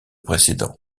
précédent